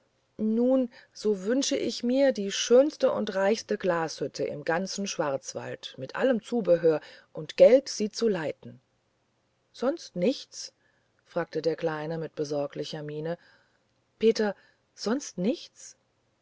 nun so wünsche ich mir die schönste und reichste glashütte im ganzen schwarzwald mit allem zugehör und geld sie zu leiten sonst nichts fragte der kleine mit besorglicher miene peter sonst nichts